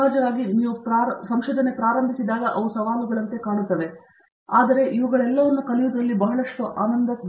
ಸಹಜವಾಗಿ ನೀವು ಪ್ರಾರಂಭಿಸಿದಾಗ ಅವು ಸವಾಲುಗಳಂತೆ ಕಾಣುತ್ತವೆ ಆದರೆ ಇವುಗಳೆಲ್ಲವನ್ನೂ ಕಲಿಯುವುದರಲ್ಲಿ ಬಹಳಷ್ಟು ಆನಂದಗಳಿವೆ